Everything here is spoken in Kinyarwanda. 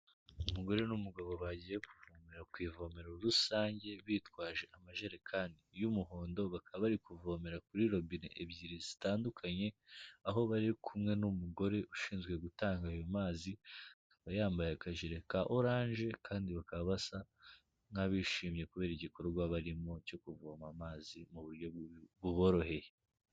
Umugore n'umugabo bagiye kuvomera ku ivomero rusange, bitwaje amajerekani y'umuhondo, bakaba bari kuvomera kuri robine ebyiri zitandukanye, aho bari kumwe n'umugore ushinzwe gutanga ayo mazi, akaba yambaye akajire ka orange, kandi bakaba basa nk'abishimye kubera igikorwa barimo cyo kuvoma amazi mu buryo buboroheye.